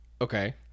Okay